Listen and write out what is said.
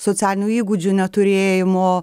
socialinių įgūdžių neturėjimo